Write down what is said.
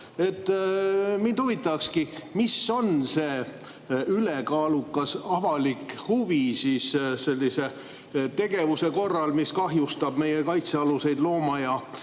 Mind huvitab, mis on see ülekaalukas avalik huvi sellise tegevuse korral, mis kahjustab meie kaitsealuseid looma-